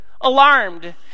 alarmed